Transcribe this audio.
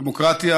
דמוקרטיה